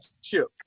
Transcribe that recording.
chip